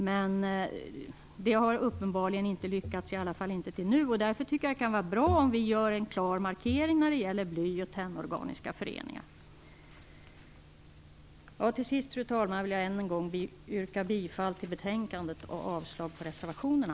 Men det har uppenbarligen inte lyckats, i alla fall inte till i dag, och därför tycker jag att det kan vara bra om vi gör en klar markering när det gäller bly och tennorganiska föreningar. Till sist, fru talman, vill jag än en gång yrka bifall till utskottets hemställan och avslag på reservationerna.